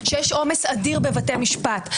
שיש עומס אדיר בבתי משפט,